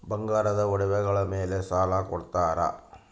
ಬಂಗಾರದ ಒಡವೆಗಳ ಮೇಲೆ ಸಾಲ ಕೊಡುತ್ತೇರಾ?